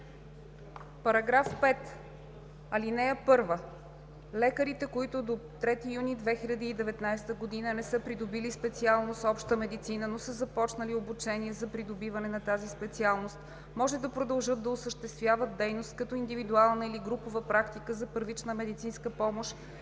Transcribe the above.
„§ 5. (1) Лекарите, които до 3 юни 2019 г. не са придобили специалност „Обща медицина“, но са започнали обучение за придобиване на тази специалност, може да продължат да осъществяват дейност като индивидуална или групова практика за първична медицинска помощ